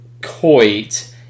Coit